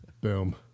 Boom